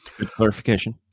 Clarification